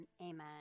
Amen